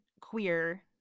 queer